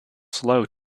slow